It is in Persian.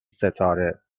ستاره